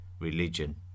religion